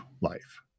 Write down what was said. life